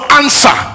answer